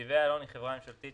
נתיבי איילון היא חברה ממשלתית